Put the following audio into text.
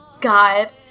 God